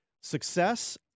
success